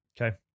Okay